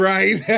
Right